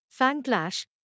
Fanclash